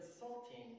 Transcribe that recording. Insulting